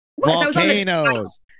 Volcanoes